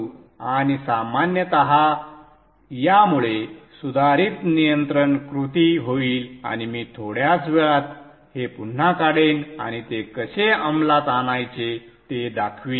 आणि सामान्यत यामुळे सुधारित नियंत्रण कृती होईल आणि मी थोड्याच वेळात हे पुन्हा काढेन आणि ते कसे अंमलात आणायचे ते दाखवीन